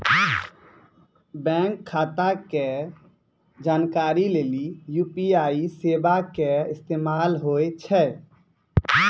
bank खाता के जानकारी लेली यू.पी.आई सेबा के इस्तेमाल होय छै